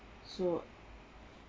so